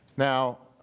now,